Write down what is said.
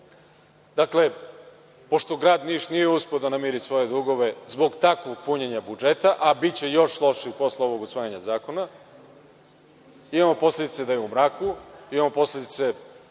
grupe. Dakle, pošto grad Niš nije uspeo da namiri svoje dugove zbog takvog punjenja budžeta, a biće još lošiji posle usvajanja ovog zakona, imamo posledice da je u mraku, imamo posledice